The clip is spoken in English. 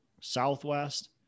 Southwest